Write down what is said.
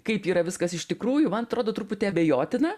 kaip yra viskas iš tikrųjų man atrodo truputį abejotina